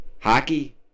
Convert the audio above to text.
Hockey